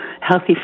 healthy